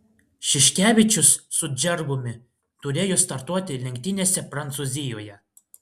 šiškevičius su džervumi turėjo startuoti lenktynėse prancūzijoje